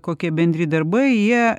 kokie bendri darbai jie